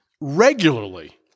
regularly